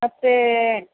ಮತ್ತೆ